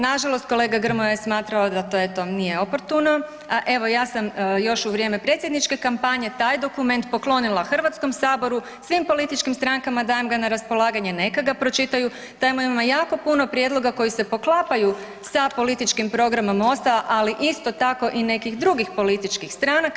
Nažalost kolega Grmoja je smatrao da to eto nije oportuno, a evo ja sam još u vrijeme predsjedničke kampanje taj dokument poklonila Hrvatskom saboru, svim političkim strankama dajem ga na raspolaganje, neka ga pročitaju, tamo ima jako puno prijedloga koji se poklapaju sa političkim programom MOST-a, ali isto tako i nekih drugih političkih stranaka.